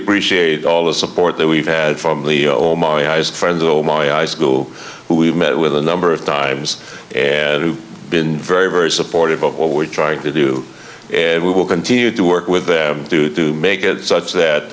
appreciate all the support that we've had from leo my eyes friends oh my i school we've met with a number of times and who've been very very supportive of what we're trying to do and we will continue to work with them to to make it such that